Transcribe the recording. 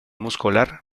muscular